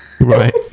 Right